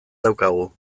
daukagu